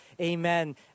amen